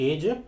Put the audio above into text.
Age